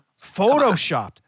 Photoshopped